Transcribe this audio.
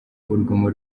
urugomo